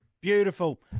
Beautiful